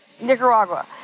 Nicaragua